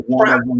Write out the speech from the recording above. right